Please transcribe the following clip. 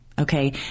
okay